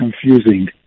confusing